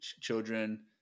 children